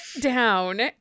down